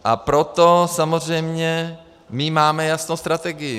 A proto samozřejmě my máme jasnou strategii.